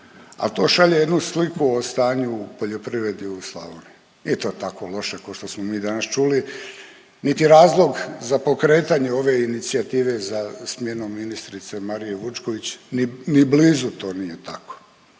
Ali to šalje jednu sliku o stanju u poljoprivredi u Slavoniji. Nije to tako loše kao što smo mi danas čuli, niti razlog za pokretanje ove inicijative za smjenom ministrice Marije Vučković, ni, ni blizu to nije tako.